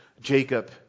Jacob